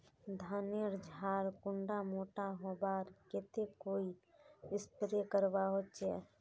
धानेर झार कुंडा मोटा होबार केते कोई स्प्रे करवा होचए?